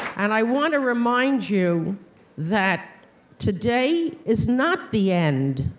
and i want to remind you that today is not the end,